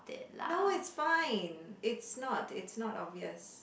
no it's fine it's not it's not obvious